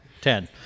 Ten